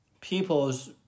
people's